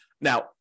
now